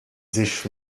sich